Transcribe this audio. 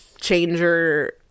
changer